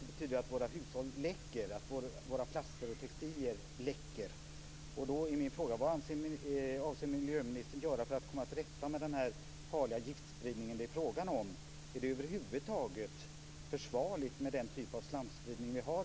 Det betyder att våra hushåll läcker, och att våra plaster och textilier läcker.